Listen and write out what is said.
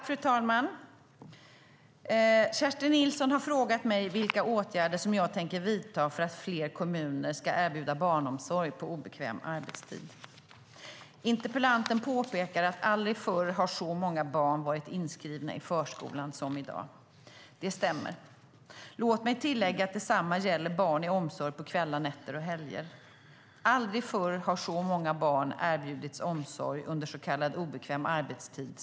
Fru talman! Kerstin Nilsson har frågat mig vilka åtgärder jag tänker vidta för att fler kommuner ska erbjuda barnomsorg på obekväm arbetstid. Interpellanten påpekar att aldrig förr har så många barn varit inskrivna i förskolan som i dag. Det stämmer. Låt mig tillägga att detsamma gäller barn i omsorg på kvällar, nätter och helger. Aldrig förr har så många barn erbjudits omsorg under så kallad obekväm arbetstid.